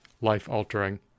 life-altering